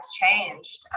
changed